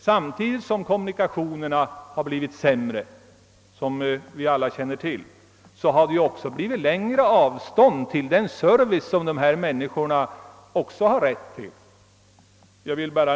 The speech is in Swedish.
Samtidigt som kommunikationerna försämrats har avstånden till den service, som även de här boende människorna har rätt till, blivit längre.